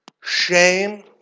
shame